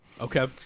Okay